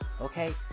Okay